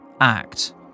act